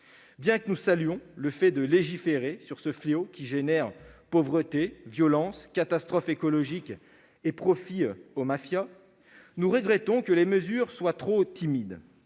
bien que nous saluions le fait que nous légiférions sur un fléau qui suscite pauvreté, violence, catastrophes écologiques, et profite aux mafias, nous regrettons que les mesures proposées soient trop timides.